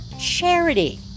charity